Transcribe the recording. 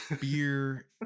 beer